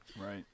Right